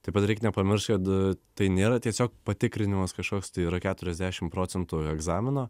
taip pat reik nepamiršt kad tai nėra tiesiog patikrinimas kažkoks tai yra keturiasdešim procentų egzamino